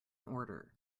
order